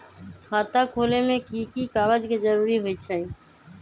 खाता खोले में कि की कागज के जरूरी होई छइ?